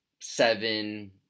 seven